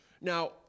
Now